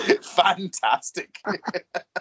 Fantastic